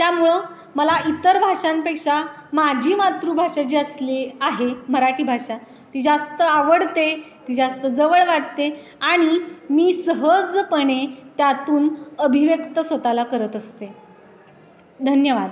त्यामुळं मला इतर भाषांपेक्षा माझी मातृभाषा जी असली आहे मराठी भाषा ती जास्त आवडते ती जास्त जवळ वाटते आणि मी सहजपणे त्यातून अभिव्यक्त स्वतःला करत असते धन्यवाद